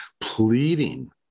pleading